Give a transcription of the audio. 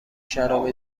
شراب